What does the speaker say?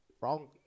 Wrong